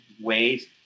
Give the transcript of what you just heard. ways